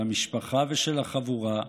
של המשפחה ושל החבורה,